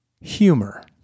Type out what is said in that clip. humor